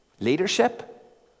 Leadership